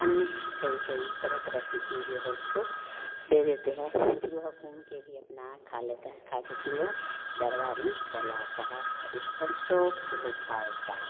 अन्य कई कई तरह तरह की चीज़ जो है उसको दे देते हैं फिर वह घूमकर भी अपना खा लेता है खाकर फिर वह दरवा में चला आता है तो उसको हम शौक़ से लोग पालते हैं